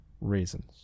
reasons